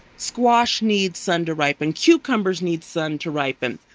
squash needs sun to ripen. cucumbers need sun to ripen